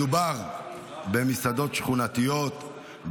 מדובר במסעדות שכונתיות,